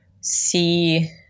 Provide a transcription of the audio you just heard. see